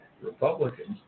Republicans